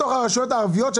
בתוך הרשויות הערביות.